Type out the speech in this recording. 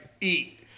eat